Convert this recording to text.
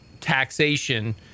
taxation